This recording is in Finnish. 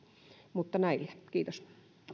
mutta näillä kiitos